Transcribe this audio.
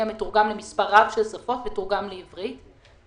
המתורגם למספר רב של שפות ותורגם לעברית,